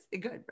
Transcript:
good